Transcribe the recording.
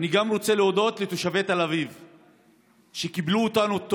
אני רוצה להודות גם לתושבי תל אביב,